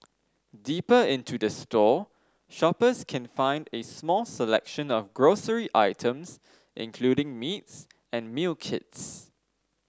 deeper into the store shoppers can find a small selection of grocery items including meats and meal kits